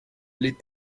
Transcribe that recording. les